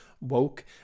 woke